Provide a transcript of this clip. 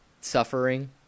suffering